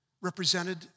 represented